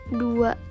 dua